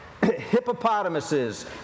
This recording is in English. Hippopotamuses